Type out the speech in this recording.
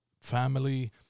family